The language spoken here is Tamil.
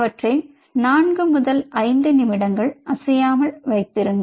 அவற்றை 4 5 நிமிடங்கள் அசையாமல் வைத்திருங்கள்